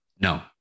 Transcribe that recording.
No